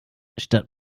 statt